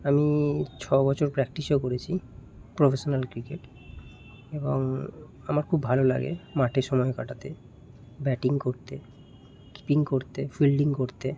আমি ছ বছর প্র্যাকটিসও করেছি প্রফেশনাল ক্রিকেট এবং আমার খুব ভালো লাগে মাঠে সময় কাটাতে ব্যাটিং করতে কিপিং করতে ফিল্ডিং করতে